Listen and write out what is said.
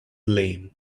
lame